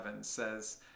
says